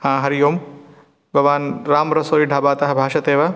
हा हरिः ओं भवान् राम् रसोयि ढाबातः भाषते वा